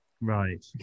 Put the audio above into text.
right